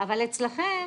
אבל אצלכם,